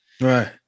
Right